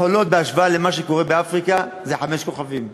"חולות" בהשוואה למה שקורה באפריקה זה חמישה כוכבים.